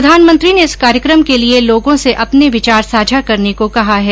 प्रधानमंत्री ने इस कार्यकम के लिए लोगों से अपने विचार साझा करने को कहा है